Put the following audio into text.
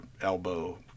elbow